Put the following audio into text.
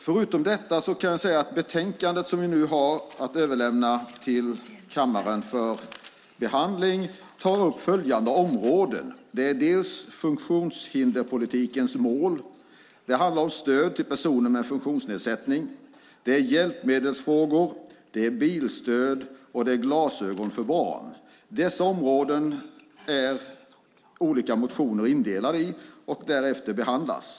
I det betänkande som kammaren nu ska debattera tas följande områden upp: funktionshinderspolitikens mål, stöd till personer med funktionsnedsättning, hjälpmedelsfrågor, bilstöd och glasögon för barn. Motionerna har delats in i dessa områden och därefter behandlats.